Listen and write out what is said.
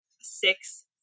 six